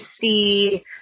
see